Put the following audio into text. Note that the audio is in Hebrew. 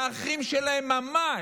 לאחים שלהם ממש,